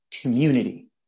community